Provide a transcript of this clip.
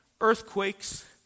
earthquakes